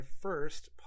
first